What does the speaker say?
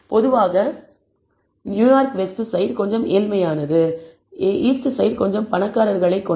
பொதுவாக New York west side கொஞ்சம் ஏழ்மையானது ஈஸ்ட்சைட் கொஞ்சம் பணக்காரர்களை கொண்டது